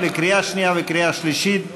לקריאה שנייה וקריאה שלישית.